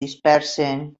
dispersen